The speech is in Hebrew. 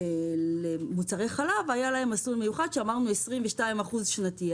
מוצרי חלב היה מסלול מיוחד שקבענו 22% שנתי.